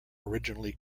originally